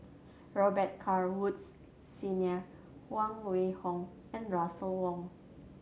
Robet Carr Woods Senior Huang Wenhong and Russel Wong